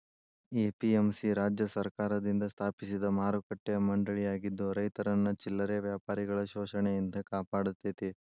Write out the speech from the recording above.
APMC ರಾಜ್ಯ ಸರ್ಕಾರದಿಂದ ಸ್ಥಾಪಿಸಿದ ಮಾರುಕಟ್ಟೆ ಮಂಡಳಿಯಾಗಿದ್ದು ರೈತರನ್ನ ಚಿಲ್ಲರೆ ವ್ಯಾಪಾರಿಗಳ ಶೋಷಣೆಯಿಂದ ಕಾಪಾಡತೇತಿ